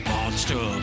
Monster